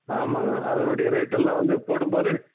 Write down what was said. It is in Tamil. ஆமாங்க அதனுடைய ரேட்டெல்லாம் வந்து போடும் போது